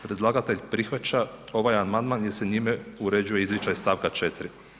Predlagatelj prihvaća ovaj amandman jer se njime uređuje izričaj st. 4.